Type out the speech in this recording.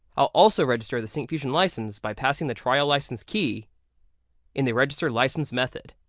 i'll also register the syncfusion license by passing the trial license key in the register license method.